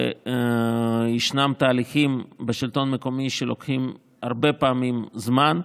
וישנם תהליכים בשלטון המקומי שלוקחים הרבה פעמים זמן,